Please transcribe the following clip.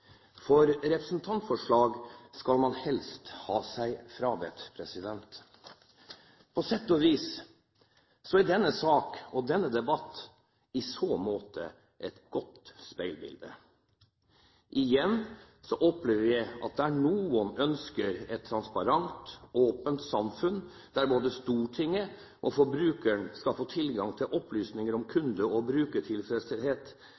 for representantforslag skal man helst ha seg frabedt. På sett og vis er denne saken og denne debatten i så måte et godt speilbilde. Igjen opplever vi at der noen ønsker et transparent, åpent samfunn, der både Stortinget og forbrukeren skal få tilgang til opplysninger om